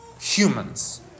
humans